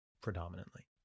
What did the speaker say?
predominantly